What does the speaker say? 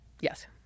Yes